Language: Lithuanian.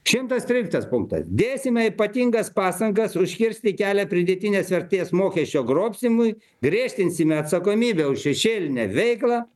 šimtas tryliktas punktas dėsime ypatingas pastangas užkirsti kelią pridėtinės vertės mokesčio grobstymui griežtinsime atsakomybę už šešėlinę veiklą